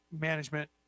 management